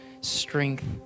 strength